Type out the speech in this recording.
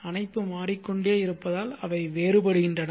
அணைப்பு மாறிக்கொண்டே இருப்பதால் அவை வேறுபடுகின்றன